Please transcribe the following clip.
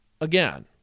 again